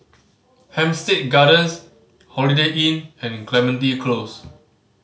Hampstead Gardens Holiday Inn and Clementi Close